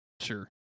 sure